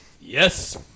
Yes